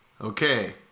Okay